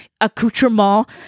accoutrement